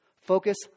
Focus